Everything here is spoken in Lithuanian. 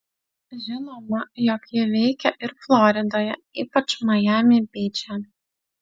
žinoma jog ji veikia ir floridoje ypač majami byče